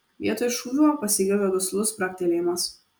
vietoj šūvio pasigirdo duslus spragtelėjimas